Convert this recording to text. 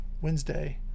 Wednesday